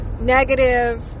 negative